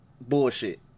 bullshit